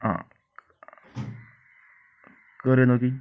ആ കേറി നോക്കിയെ